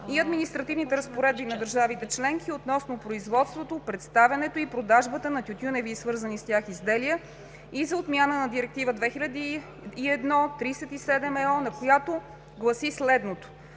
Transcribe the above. и административните разпоредби на държавите членки относно производството, представянето и продажбата на тютюневи и свързани с тях изделия и за отмяна на Директива 2001/37/ЕО, която гласи следното: